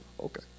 Okay